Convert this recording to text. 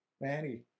Manny